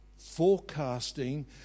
forecasting